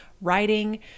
writing